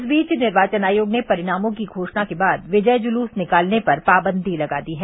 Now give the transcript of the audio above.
इस बीच निर्वाचन आयोग ने परिणामों की घोषणा के बाद विजय जुलूस निकालने पर पाबंदी लगा दी है